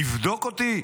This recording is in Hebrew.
לבדוק אותי?